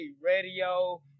radio